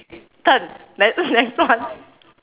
turn ne~ next one